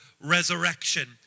resurrection